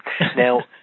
Now